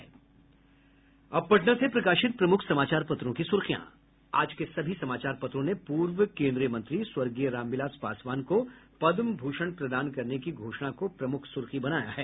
अब पटना से प्रकाशित प्रमुख समाचार पत्रों की सुर्खियां आज के सभी समाचार पत्रों ने पूर्व केन्द्रीय मंत्री स्वर्गीय रामविलास पासवान को पद्म भूषण प्रदान करने की घोषणा को प्रमुख सुर्खी बनाया है